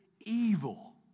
evil